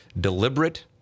deliberate